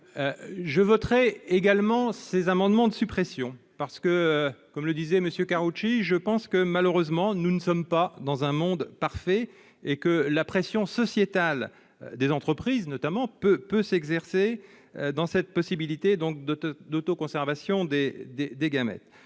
Je voterai également ces amendements de suppression parce que, comme le disait M. Karoutchi, je pense que, malheureusement, nous ne sommes pas dans un monde parfait et que la pression sociale des entreprises notamment pourrait s'exercer en faveur de cette autoconservation des gamètes.